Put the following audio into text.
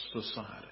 society